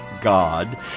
God